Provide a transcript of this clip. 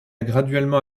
graduellement